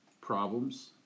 problems